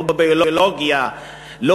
לא בביולוגיה שלהם,